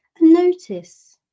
notice